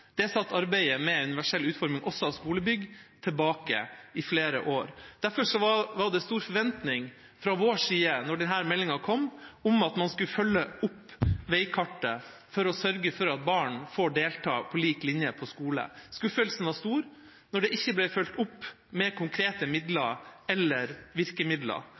Det satte arbeidet med universell utforming også av skolebygg tilbake med flere år. Derfor var det stor forventning fra vår side da denne meldinga kom, om at man skulle følge opp veikartet, for å sørge for at barn får delta på lik linje på skolen. Skuffelsen var stor da det ikke ble fulgt opp med konkrete midler eller virkemidler.